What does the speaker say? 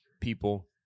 people